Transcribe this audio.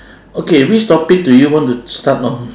okay which topic do you want to start off